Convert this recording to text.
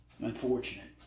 unfortunate